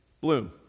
Bloom